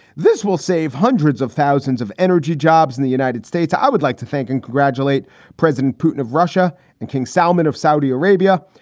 this will save hundreds of thousands of energy jobs in the united states. i would like to thank and congratulate president putin of russia and king salman of saudi arabia.